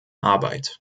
arbeit